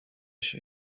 się